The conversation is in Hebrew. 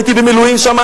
הייתי במילואים שם,